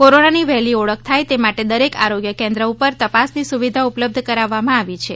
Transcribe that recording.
કોરોનાની વહેલી ઓળખ થાય તે માટે દરેક આરોગ્ય કેન્દ્ર ઉપર તપાસની સુવિધા ઉપલબ્ધ કરાવવામાં આવી છે